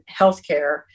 healthcare